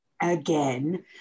again